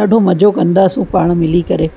ॾाढो मज़ो कंदासीं पाण मिली करे